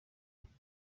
hotel